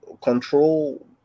control